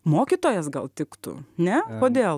mokytojas gal tiktų ne kodėl